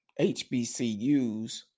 HBCUs